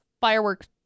fireworks